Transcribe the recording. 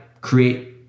create